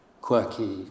quirky